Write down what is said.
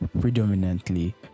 predominantly